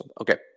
Okay